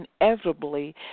inevitably